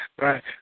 Right